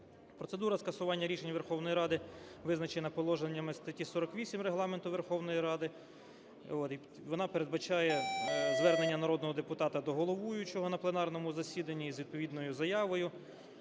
Процедура скасування рішення Верховної Ради визначена положеннями статті 48 Регламенту Верховної Ради. І вона передбачає звернення народного депутата до головуючого на пленарному засіданні із відповідною заявою